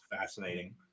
fascinating